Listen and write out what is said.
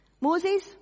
Moses